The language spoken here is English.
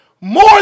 More